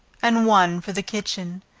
and one for the kitchen.